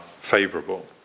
favourable